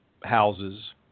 houses